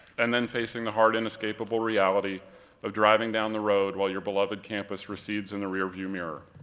and then facing the hard, inescapable reality of driving down the road while your beloved campus recedes in the rear view mirror.